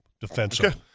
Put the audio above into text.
defensive